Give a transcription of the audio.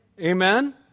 amen